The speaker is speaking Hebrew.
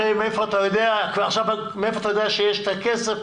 מאיפה אתה יודע שיש את הכסף.